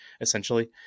essentially